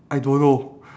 I don't know